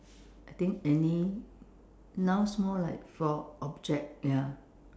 I think any nouns more like for object ya